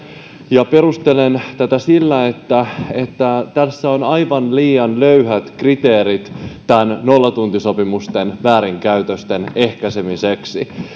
ja perustelen tätä sillä että tässä on aivan liian löyhät kriteerit nollatuntisopimusten väärinkäytösten ehkäisemiseksi